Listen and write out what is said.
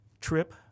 trip